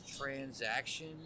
transaction